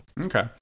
Okay